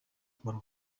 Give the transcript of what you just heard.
akamaro